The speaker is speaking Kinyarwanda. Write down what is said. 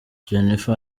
jennifer